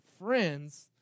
friends